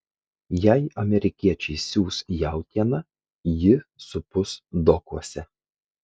jei amerikiečiai siųs jautieną ji supus dokuose